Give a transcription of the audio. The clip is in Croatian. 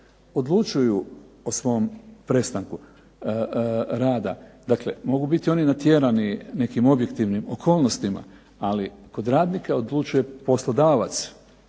odlučuju o svom prestanku rada. Dakle mogu biti oni natjerani nekim objektivnim okolnostima, ali kod radnika odlučuje poslodavac.